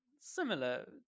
similar